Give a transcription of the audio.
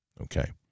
Okay